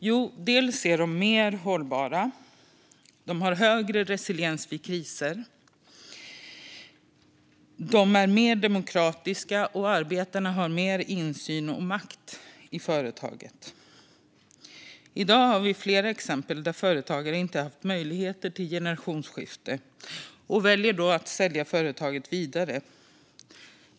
Jo, de är dels mer hållbara och har högre resiliens vid kriser, dels mer demokratiska - arbetarna har mer insyn och makt i företaget. I dag har vi flera exempel där företagare inte haft möjlighet till generationsskifte och då väljer att sälja företaget vidare.